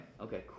okay